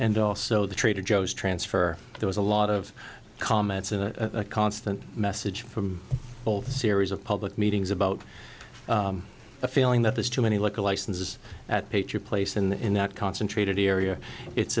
and also the trader joe's transfer there was a lot of comments in a constant message from both series of public meetings about a feeling that there's too many local licenses at your place in that concentrated area it's